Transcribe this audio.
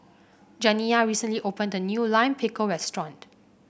janiyah recently opened a new Lime Pickle restaurant